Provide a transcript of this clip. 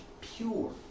Pure